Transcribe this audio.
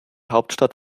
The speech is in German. hauptstadt